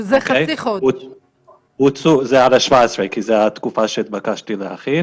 זה עד ה-17 התקופה שהתבקשתי להכין